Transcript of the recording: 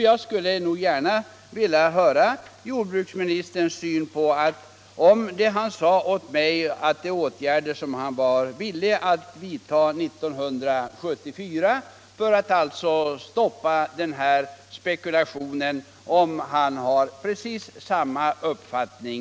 Jag skulle gärna vilja höra om jordbruksministern har precis samma uppfattning i dag som han hade 1974 om åtgärder för att stoppa den här markspekulationen.